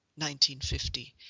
1950